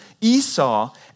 Esau